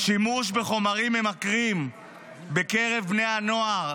שימוש בחומרים ממכרים בקרב בני הנוער,